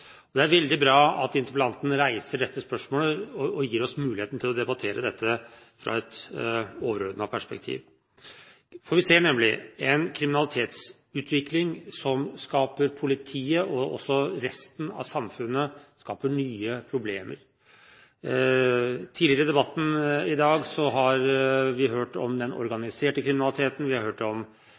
sådan. Det er veldig bra at interpellanten reiser dette spørsmålet og gir oss muligheten til å debattere dette fra et overordnet perspektiv. Vi ser nemlig en kriminalitetsutvikling som for politiet og også for resten av samfunnet skaper nye problemer. Tidligere i debatten i dag har vi hørt om den organiserte kriminaliteten, vi har hørt om